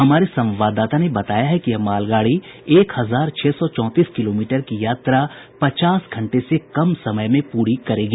हमारे संवाददाता ने बताया है कि यह मालगाडी एक हजार छह सौ चौंतीस किलोमीटर की यात्रा पचास घंटे से कम समय में पूरी करेगी